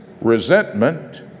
Resentment